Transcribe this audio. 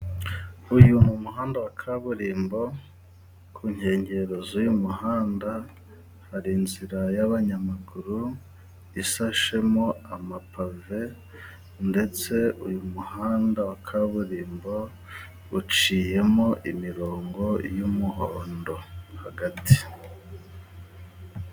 Uyu ni umuhanda wa kaburimbo，ku nkengero z'uyu muhanda，hari inzira y'abanyamaguru isashemo amapave， ndetse uyu muhanda wa kaburimbo， uciyemo imirongo y'umuhondo hagati.